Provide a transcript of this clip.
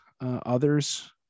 others